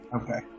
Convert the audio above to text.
Okay